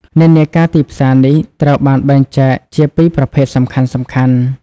និន្នាការទីផ្សារនេះត្រូវបានបែងចែកជាពីរប្រភេទសំខាន់ៗ។